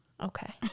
Okay